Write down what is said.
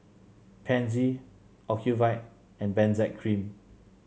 Pansy Ocuvite and Benzac Cream